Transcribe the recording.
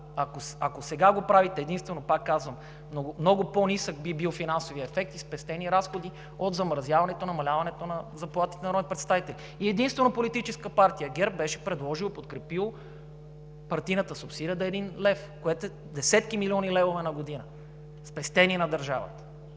Ако сега го правите единствено, пак казвам, много по-нисък би бил финансовият ефект и спестените разходи от замразяването, намаляването на заплатите на народните представители. И единствено Политическа партия ГЕРБ беше предложила, подкрепила партийната субсидия да е един лев, което е десетки милиони левове на година, спестени на държавата.